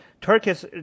Turkish